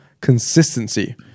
consistency